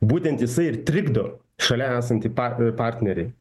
būtent jisai ir trikdo šalia esantį pa a partnerį